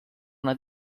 una